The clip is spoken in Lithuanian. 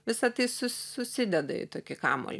visa tai sus susideda į tokį kamuolį